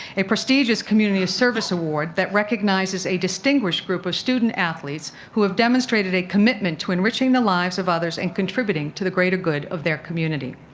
a prestigious community service award that recognizes a distinguished group of student-athletes who have demonstrated a commitment to enriching the lives of others and contributing to the greater good of their community.